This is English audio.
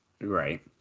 Right